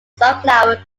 sunflower